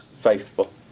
faithful